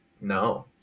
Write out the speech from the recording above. No